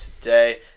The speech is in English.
today